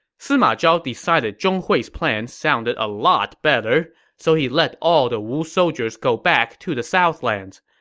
sima zhao decided zhong hui's plan sounded a lot better, so he let all the wu soldiers go back to the southlands.